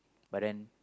but then